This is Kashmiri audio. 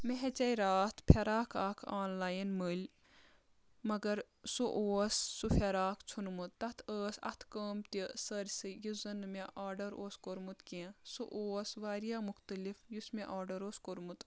مےٚ ہیژٕے راتھ فراق اکھ آن لاین مٔلۍ مگر سُہ اوس سُہ فراق ژھیوٚنمُت تتھ ٲس اَتھٕ کٲم تہِ سٲرسٕے یُس زَن مےٚ آرڈر اوس کوٚرمُت کینٛہہ سُہ اوس واریاہ مُختلِف یُس مےٚ آرڈَر اوس کوٚرمُت